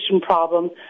problem